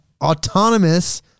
autonomous